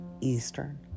Eastern